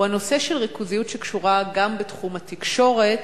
הוא הנושא של ריכוזיות שקשורה גם בתחום התקשורת.